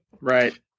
right